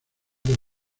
del